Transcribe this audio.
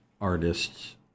artists